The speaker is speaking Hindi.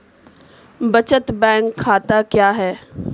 बचत बैंक खाता क्या है?